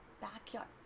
backyard